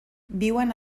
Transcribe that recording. viuen